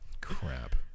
crap